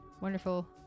wonderful